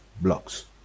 blocks